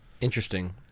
Interesting